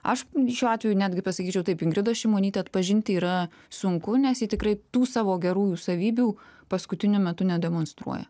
aš šiuo atveju netgi pasakyčiau taip ingridą šimonytę atpažinti yra sunku nes ji tikrai tų savo gerųjų savybių paskutiniu metu nedemonstruoja